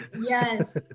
yes